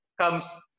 comes